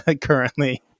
currently